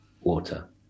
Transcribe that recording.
water